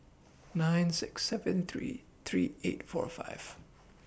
nine six seven three three eight four five